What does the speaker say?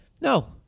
No